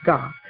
God